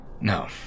No